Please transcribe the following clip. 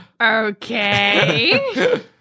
Okay